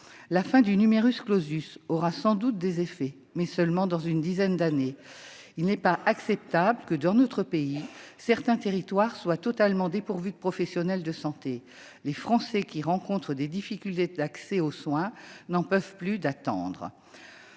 La fin du aura sans doute des effets, mais seulement dans une dizaine d'années. Il n'est pas acceptable que, dans notre pays, certains territoires soient totalement dépourvus de professionnels de santé. Les Français qui rencontrent des difficultés d'accès aux soins n'en peuvent plus d'attendre